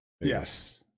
Yes